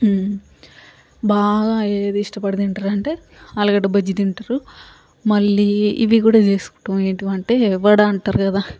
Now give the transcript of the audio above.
బాగా ఏది ఇష్టపడి తింటారంటే ఆలుగడ్ద బజ్జీ తింటారు మళ్ళీ ఇవి కూడా చేసుకుంటాం ఏంటివి అంటే వడ అంటారు కదా